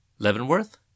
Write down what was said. Leavenworth